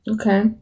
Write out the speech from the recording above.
Okay